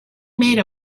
made